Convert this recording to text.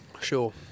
Sure